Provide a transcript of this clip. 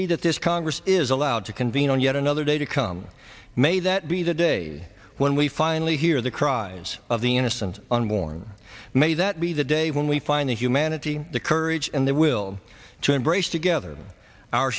be that this congress is allowed to convene on yet another day to come may that be the day when we finally hear the cries of the innocent unborn may that be the day when we find the humanity the courage and the will to embrace together our